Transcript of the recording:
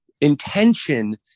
intention